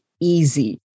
easy